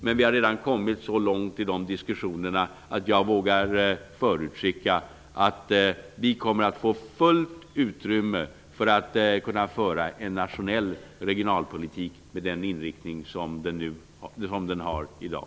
Men vi har redan kommit så långt i de diskussionerna att jag vågar förutskicka att vi kommer att få fullt utrymme för att föra en nationell regionalpolitik med nuvarande inriktning.